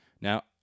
Now